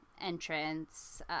entrance